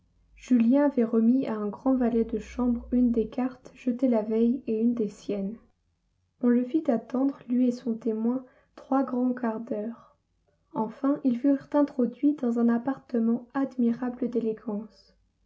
julien avait remis à un grand valet de chambre une des cartes jetées la veille et une des siennes on le fit attendre lui et son témoin trois grands quarts d'heure enfin ils furent introduits dans un appartement admirable d'élégance